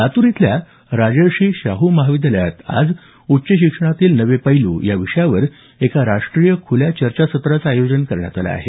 लातूर इथल्या राजर्षी शाहू महाविद्यालयात आज उच्च शिक्षणातील नवे पैलू या विषयावर एका राष्ट्रीय खुल्या चर्चासत्राचं आयोजन करण्यात आलं आहे